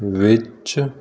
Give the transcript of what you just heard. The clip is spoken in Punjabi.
ਵਿੱਚ